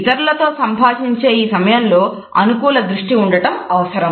ఇతరులతో సంభాషించే ఈ సమయంలో అనుకూల దృష్టి ఉండటం అవసరం